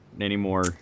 anymore